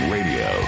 Radio